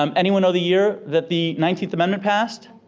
um anyone know the year that the nineteenth amendment passed?